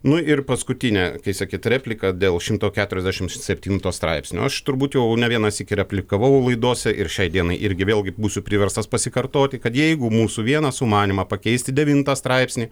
nu ir paskutinė kai sakyt replika dėl šimto keturiasdešim septinto straipsnio aš turbūt jau ne vieną sykį replikavau laidose ir šiai dienai irgi vėlgi būsiu priverstas pasikartoti kad jeigu mūsų vieną sumanymą pakeisti devintą straipsnį